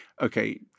Okay